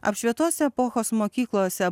apšvietos epochos mokyklose